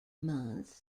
month